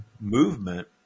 movement